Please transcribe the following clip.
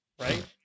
right